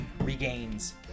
regains